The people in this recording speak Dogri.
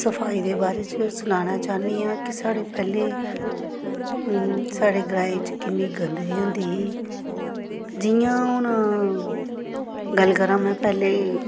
सफाई दे बारे च सनाना चाह्न्नी आं कि साढ़े पैह्लें साढ़े ग्राएं च किन्नी गंदगी होंदी ही जियां हून गल्ल करां में पैह्लें